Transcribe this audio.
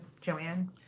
Joanne